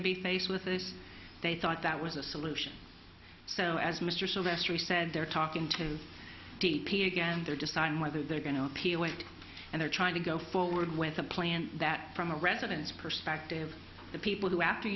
to be faced with this they thought that was a solution so as mr sylvester he said they're talking to d p again they're deciding whether they're going to appeal it and they're trying to go forward with a plan that from a residence perspective the people who after